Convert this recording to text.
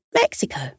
Mexico